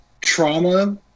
trauma